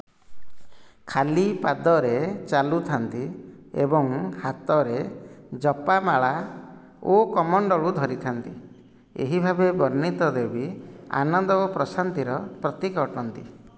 ଖାଲି ପାଦରେ ଚାଲୁଥାନ୍ତି ଏବଂ ହାତରେ ଜପାମାଳା ଓ କମଣ୍ଡଳୁ ଧରିଥାନ୍ତି ଏହି ଭାବେ ବର୍ଣ୍ଣିତ ଦେବୀ ଆନନ୍ଦ ଓ ପ୍ରଶାନ୍ତିର ପ୍ରତୀକ ଅଟନ୍ତି